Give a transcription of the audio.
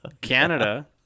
Canada